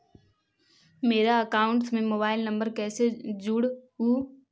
मेरा अकाउंटस में mobile number कैसे जुड़उ?